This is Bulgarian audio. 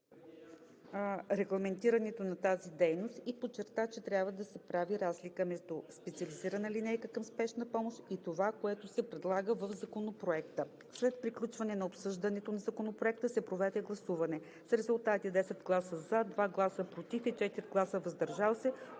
регламентирането на тази дейност и подчерта, че трябва да се прави разлика между специализирана линейка към спешна помощ и това, което се предлага в Законопроекта. След приключване на обсъждането на Законопроекта се проведе гласуване с резултати: 10 гласа „за“, 2 гласа „против“ и 4 гласа „въздържал се“.